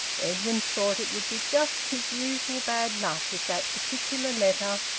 edwin thought it would be just his usual bad luck if that particular letter,